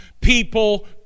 people